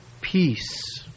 peace